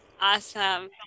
Awesome